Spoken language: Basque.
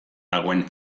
dagoen